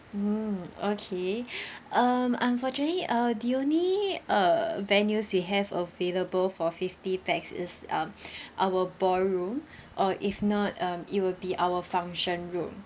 mm okay um unfortunately uh the only uh venues we have available for fifty pax is um our ballroom or if not um it will be our function room